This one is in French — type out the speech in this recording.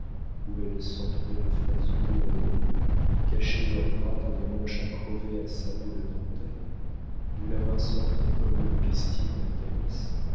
où elles s'entouraient de fraises godronnées cachaient leurs bras dans des manches à crevés à sabots de dentelles d'où la main sortait comme le pistil d'un calice